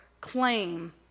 claim